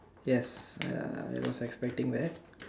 yes uh I was expecting that